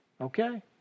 okay